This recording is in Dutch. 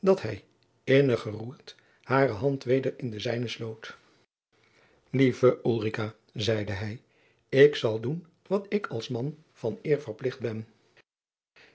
dat hij innig geroerd hare hand weder in de zijne sloot lieve ulrica zeide hij ik zal doen wat ik als man van eer verplicht ben